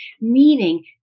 meaning